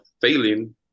failing